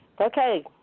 Okay